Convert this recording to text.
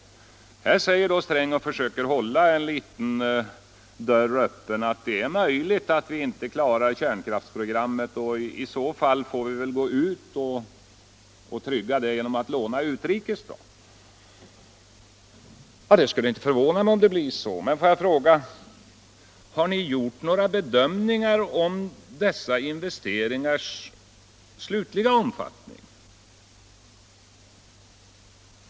Herr Sträng säger — och då försöker han hålla en liten dörr öppen - att det är möjligt att vi inte klarar kärnkraftsprogrammet, men då får vi tillgodose behovet genom att låna utrikes. Ja, det skulle inte förvåna mig om det blev så. Men får jag fråga: Har ni gjort några bedömningar av dessa investeringars slutliga omfattning?